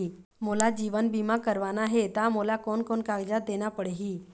मोला जीवन बीमा करवाना हे ता मोला कोन कोन कागजात देना पड़ही?